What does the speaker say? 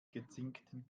gezinkten